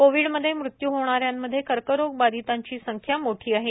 कोव्हिडमध्ये मृत्यू होणा यांमध्ये कर्करोगबाधितांची संख्या मोठी आहे